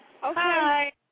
Hi